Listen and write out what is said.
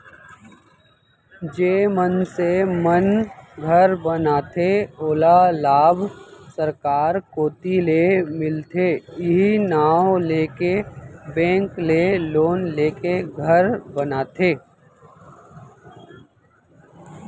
जेन मनसे मन घर बनाथे ओला लाभ सरकार कोती ले मिलथे इहीं नांव लेके बेंक ले लोन लेके घर बनाथे